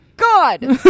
god